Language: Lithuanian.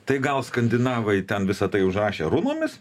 tai gal skandinavai ten visa tai užrašė runomis